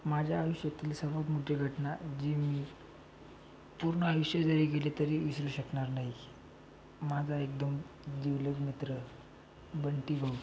माज्या आयुष्यातील सर्वात मोटी घटना जी मी पूर्न आयुष्य जरी गेले तरी विसरू शकनार नाई माजा एकदम जिवलग मित्र बंटी भाऊ